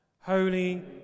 Holy